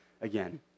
again